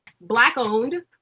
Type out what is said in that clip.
Black-owned